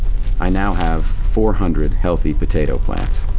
i now have four hundred healthy potato plants.